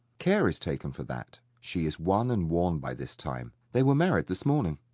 care is taken for that. she is won and worn by this time. they were married this morning.